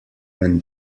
when